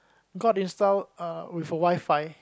got installed uh with a WiFi